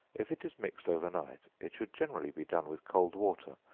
if it is mixed over night, it should generally be done with cold water,